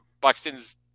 Buxton's